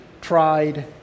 tried